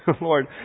Lord